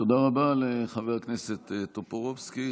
תודה רבה לחבר הכנסת טופורובסקי.